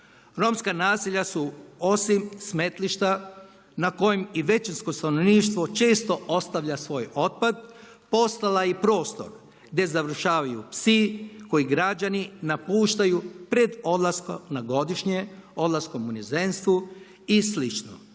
Romska naselja su osim smetlišta na kojem i većinsko stanovništvo često ostavlja svoj otpad postala i prostor gdje završavaju psi koje građani napuštaju pred odlaskom na godišnje, odlaskom u inozemstvu i